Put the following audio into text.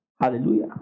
Hallelujah